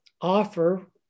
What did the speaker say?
offer